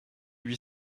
huit